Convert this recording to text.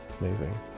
amazing